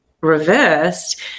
reversed